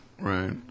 right